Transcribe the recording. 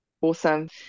Awesome